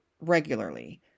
regularly